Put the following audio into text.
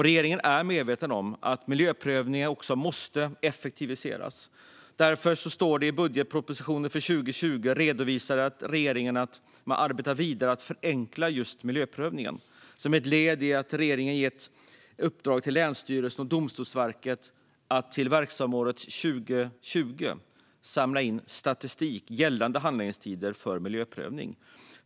Regeringen är medveten om att även miljöprövningen måste effektiviseras. I budgetpropositionen för 2020 redovisade regeringen att den arbetar vidare med att förenkla just miljöprövningen. Som ett led i det har regeringen gett länsstyrelserna och Domstolsverket i uppdrag att under verksamhetsåret 2020 samla in statistik gällande handläggningstider för miljöprövning.